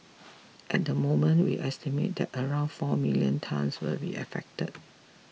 at the moment we estimate that around four million tonnes will be affected